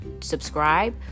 subscribe